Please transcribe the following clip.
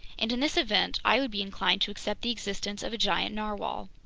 and in this event i would be inclined to accept the existence of a giant narwhale.